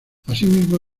asimismo